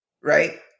right